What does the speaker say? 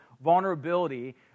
vulnerability